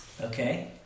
Okay